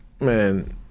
Man